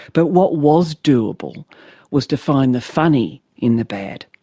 but what was doable was to find the funny in the bad.